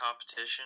competition